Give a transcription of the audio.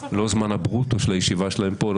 לא זמן הברוטו של הישיבה שלהם פה אלא